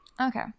Okay